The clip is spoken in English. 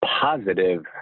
positive